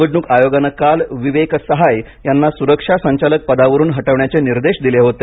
निवडणूक आयोगानं काल विवेक सहाय यांना सुरक्षा संचालक पदावरून हटवण्याचे निदेश दिले होते